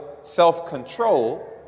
self-control